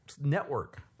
network